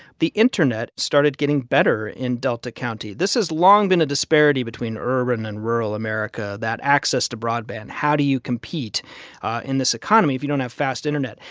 the internet started getting better in delta county. this has long been a disparity between urban and rural america that access to broadband. how do you compete in this economy if you don't have fast internet?